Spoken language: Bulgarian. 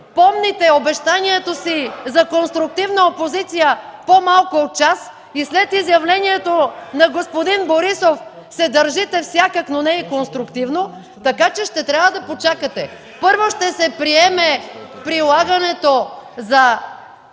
помните обещанието си за конструктивна опозиция по-малко от час и след изявлението на господин Борисов се държите всякак, но не и конструктивно, така че ще трябва да почакате. (Шум и реплики от ГЕРБ.)